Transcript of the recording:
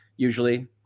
Usually